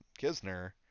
Kisner